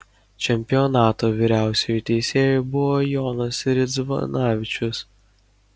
čempionato vyriausiuoju teisėju buvo jonas ridzvanavičius